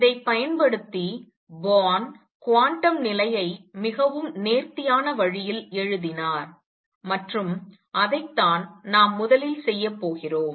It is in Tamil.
இதைப் பயன்படுத்தி போர்ன் குவாண்டம் நிலையை மிகவும் நேர்த்தியான வழியில் எழுதினார் மற்றும் அதைத்தான் நாம் முதலில் செய்யப் போகிறோம்